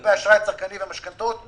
לגבי האשראי הצרכני והמשכנתאות אושרו,